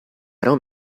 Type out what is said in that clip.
don’t